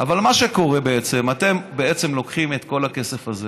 אבל מה שקורה בעצם הוא שאתם לוקחים את כל הכסף הזה